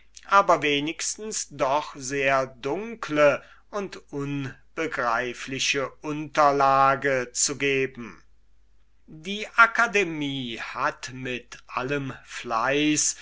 aber wenigstens doch sehr dunkle und unbegreifliche unterlage zu geben die akademie hat mit allem fleiß